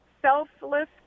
selfless